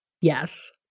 Yes